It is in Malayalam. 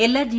എല്ലാ ജി